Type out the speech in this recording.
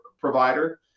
provider